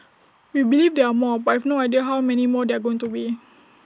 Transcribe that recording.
we believe there are more but I have no idea how many more there are going to be